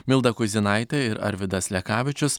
milda kuizinaitė ir arvydas lekavičius